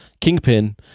Kingpin